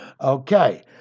okay